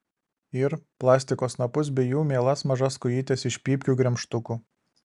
ir plastiko snapus bei jų mielas mažas kojytes iš pypkių gremžtukų